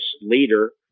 leader